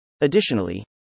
Additionally